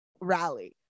rally